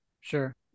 Sure